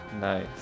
Nice